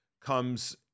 comes